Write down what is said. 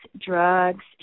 drugs